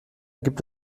gibt